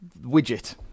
widget